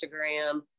Instagram